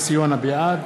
בעד